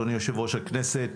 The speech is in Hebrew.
אדוני יושב-ראש הכנסת,